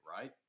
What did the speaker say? Right